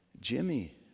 Jimmy